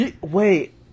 Wait